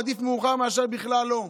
עדיף מאוחר מאשר בכלל לא.